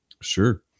Sure